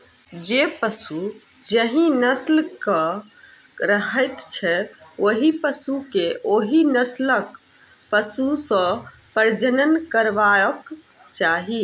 जे पशु जाहि नस्लक रहैत छै, ओहि पशु के ओहि नस्लक पशु सॅ प्रजनन करयबाक चाही